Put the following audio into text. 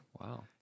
Wow